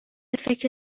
فکر